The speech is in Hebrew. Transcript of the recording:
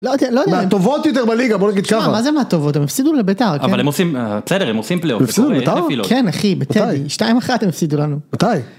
לא יודע, מהטובות יותר בליגה בוא נגיד ככה. שמע, מה זה מהטובות? הם הפסידו לבית"ר, כן? אבל הם עושים, בסדר הם עושים פלייאוף. הם הפסידו לבית"ר? כן, אחי, בטדי. מתי? 2:1 הם הפסידו לנו. מתי?